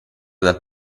dal